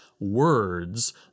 words